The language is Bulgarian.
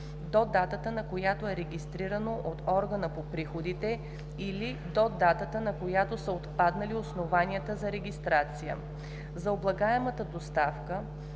до датата, на която е регистрирано от органа по приходите, или до датата, на която са отпаднали основанията за регистрация. За облагаемата доставка,